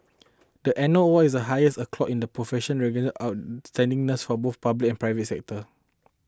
the annual award is the highest accolade in the profession recognising outstanding nurses from both the public and private sectors